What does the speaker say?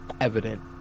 evident